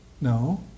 No